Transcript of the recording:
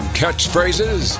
catchphrases